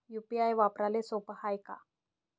UPI वापराले सोप हाय का?